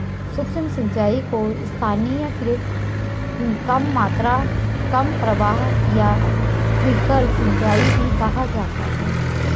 सूक्ष्म सिंचाई को स्थानीयकृत कम मात्रा कम प्रवाह या ट्रिकल सिंचाई भी कहा जाता है